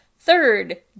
Third